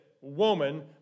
woman